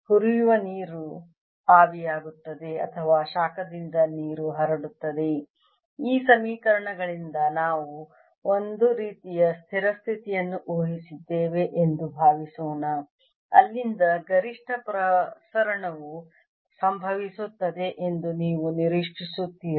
ಹುರಿಯುವ ನೀರು ಆವಿಯಾಗುತ್ತದೆ ಅಥವಾ ಶಾಖದಿಂದ ನೀರು ಹರಡುತ್ತದೆ ಈ ಸಮೀಕರಣಗಳಿಂದ ನಾವು ಒಂದು ರೀತಿಯ ಸ್ಥಿರ ಸ್ಥಿತಿಯನ್ನು ಊಹಿಸಿದ್ದೇವೆ ಎಂದು ಭಾವಿಸೋಣ ಅಲ್ಲಿಂದ ಗರಿಷ್ಠ ಪ್ರಸರಣವು ಸಂಭವಿಸುತ್ತದೆ ಎಂದು ನೀವು ನಿರೀಕ್ಷಿಸುತ್ತೀರಿ